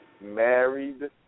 married